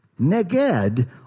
Neged